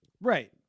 Right